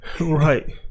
Right